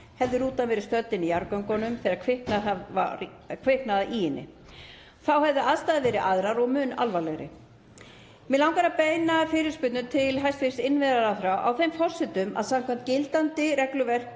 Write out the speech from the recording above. hefði rútan verið stödd inni í jarðgöngunum þegar kviknaði í henni. Þá hefðu aðstæður verið aðrar og mun alvarlegri. Mig langar að beina fyrirspurn til hæstv. innviðaráðherra á þeim forsendum að samkvæmt gildandi regluverki